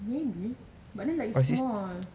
maybe but then it's small